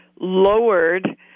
lowered